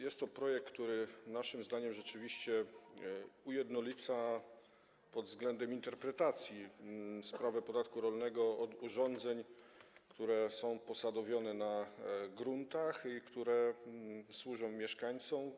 Jest to projekt, który naszym zdaniem rzeczywiście ujednolica pod względem interpretacji sprawę podatku rolnego od urządzeń, które są posadowione na gruntach i które służą mieszkańcom.